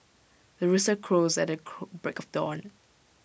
the rooster crows at the break of dawn